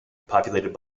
populated